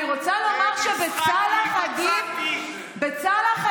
אני רוצה לומר שבצלאח א-דין, מצאתי.